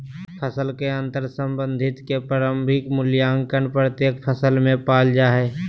फसल के अंतर्संबंध के प्रारंभिक मूल्यांकन प्रत्येक फसल में पाल जा हइ